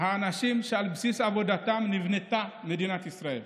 האנשים שעל בסיס עבודתם נבנתה מדינת ישראל,